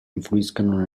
influiscono